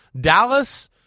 Dallas